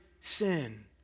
sin